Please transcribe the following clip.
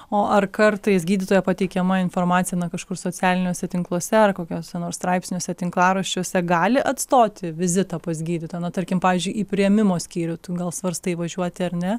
o ar kartais gydytojo pateikiama informacija na kažkur socialiniuose tinkluose ar kokiuose nors straipsniuose tinklaraščiuose gali atstoti vizitą pas gydytoją na tarkim pavyzdžiui į priėmimo skyrių tu gal svarstai važiuoti ar ne